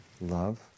Love